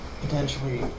potentially